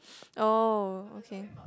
oh okay